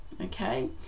okay